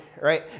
right